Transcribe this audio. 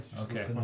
Okay